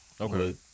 Okay